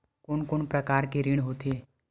कोन कोन प्रकार के ऋण होथे?